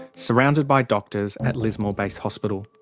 surrounded by doctors, at lismore base hospital?